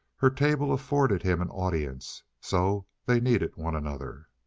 her table afforded him an audience so they needed one another.